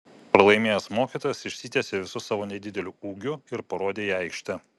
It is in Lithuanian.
pralaimėjęs mokytojas išsitiesė visu savo nedideliu ūgiu ir parodė į aikštę